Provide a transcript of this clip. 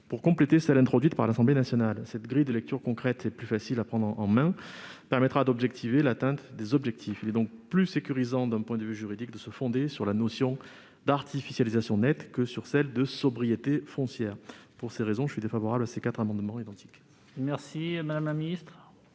pour compléter celle introduite par l'Assemblée nationale. Cette grille de lecture concrète est plus facile à prendre en main : elle permettra d'objectiver l'atteinte des objectifs. Il est donc plus sécurisant d'un point de vue juridique de se fonder sur la notion d'artificialisation nette que sur celle de sobriété foncière. Pour ces raisons, je suis défavorable à ces amendements identiques. Quel est